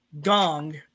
gong